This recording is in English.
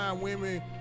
women